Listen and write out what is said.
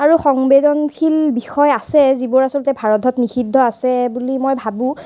আৰু সংবেদনশীল বিষয় আছে যিবোৰ আচলতে ভাৰতত নিষিদ্ধ আছে বুলি মই ভাবোঁ